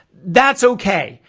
that's okay.